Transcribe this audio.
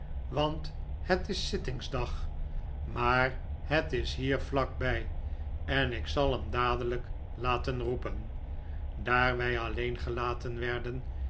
want het is zittingsdag maar het is hier vlak bij en ik zal hem dadelijk laten roepen daar wij alleen gelaten werden